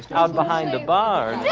out behind the barn.